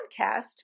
podcast